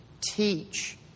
teach